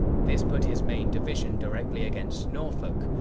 this put his main division directly against norfolk,